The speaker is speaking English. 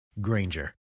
Granger